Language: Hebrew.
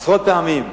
עשרות פעמים.